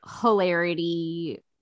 hilarity